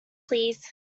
please